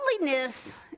loneliness